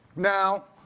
now,